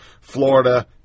Florida